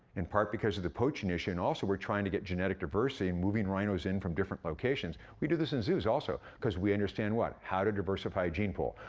in part because of the poaching issue and also, we're trying to get genetic diversity and moving rhinos in from different locations. we do this in zoos, also, cause we understand what? how to diversify a gene pool.